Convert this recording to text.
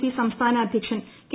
P സംസ്ഥാന അധ്യക്ഷൻ K